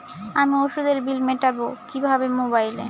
আমি ওষুধের বিল মেটাব কিভাবে মোবাইলে?